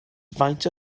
faint